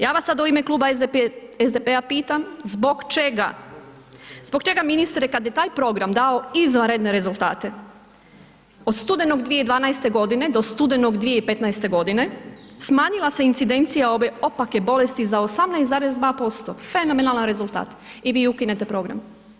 Ja vas sad u ime Kluba SDP-a pitam zbog čega, zbog čega ministre kada je taj program dao izvanredne rezultate od studenog 2012. godine do studenog 2015. godine smanjila se incidencija ove opake bolesti za 18,2%, fenomenalan rezultat i vi ukinete program.